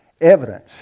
evidence